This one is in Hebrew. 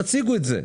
תוכלו להציג אותו,